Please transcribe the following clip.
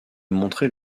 montrer